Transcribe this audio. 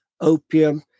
opium